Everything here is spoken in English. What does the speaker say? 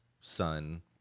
son